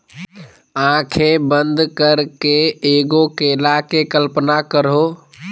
आँखें बंद करके एगो केला के कल्पना करहो